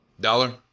Dollar